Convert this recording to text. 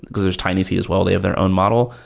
because there's tiny seed as well. they have their own model.